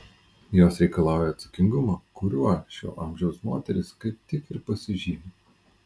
jos reikalauja atsakingumo kuriuo šio amžiaus moterys kaip tik ir pasižymi